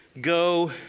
go